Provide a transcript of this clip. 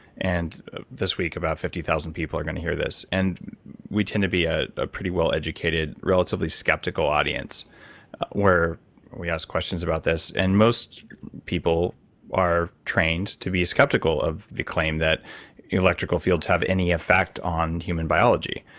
and this week, about fifty thousand people are going to hear this. and we tend to be a ah pretty well-educated, relatively skeptical audience where we ask questions about this. and most people are trained to be skeptical of the claim that electrical fields have any effect on human biology.